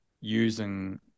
using